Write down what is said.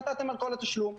נתתם על כל התשלום.